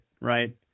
right